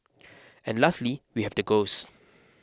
and lastly we have the ghosts